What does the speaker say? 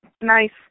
nice